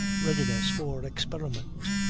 readiness for experiment.